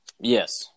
Yes